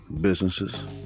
businesses